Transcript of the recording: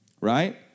right